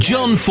John